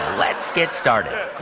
let's get started.